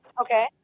Okay